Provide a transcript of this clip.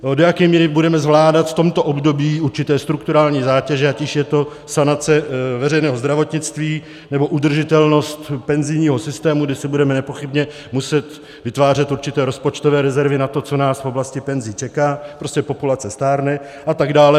Do jaké míry budeme zvládat v tomto období určité strukturální zátěže, ať již je to sanace veřejného zdravotnictví, nebo udržitelnost penzijního systému, kdy budeme nepochybně muset vytvářet určité rozpočtové rezervy na to, co nás v oblasti penzí čeká prostě populace stárne atd.